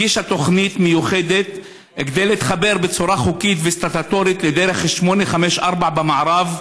הגישה תוכנית מיוחדת כדי להתחבר בצורה חוקית וסטטוטורית לדרך 854 במערב.